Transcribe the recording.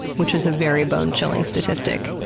which is a very bone-chilling statistic.